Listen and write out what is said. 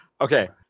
okay